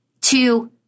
Two